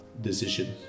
decision